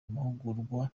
amahugurwa